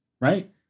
right